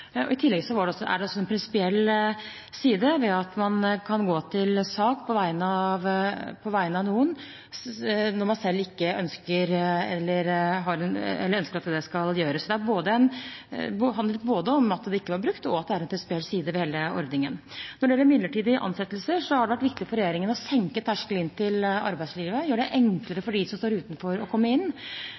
selv ikke ønsker at det skal gjøres. Det handlet både om at det ikke var brukt, og at det er en prinsipiell side ved hele ordningen. Når det gjelder midlertidige ansettelser, har det vært viktig for regjeringen å senke terskelen inn til arbeidslivet og gjøre det enklere for dem som står utenfor, å komme inn.